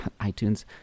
iTunes